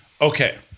Okay